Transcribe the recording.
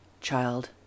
child